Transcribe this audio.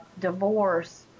divorce